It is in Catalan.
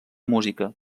música